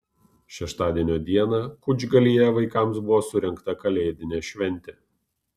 šeštadienio dieną kučgalyje vaikams buvo surengta kalėdinė šventė